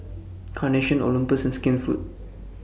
Carnation Olympus and Skinfood